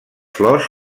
flors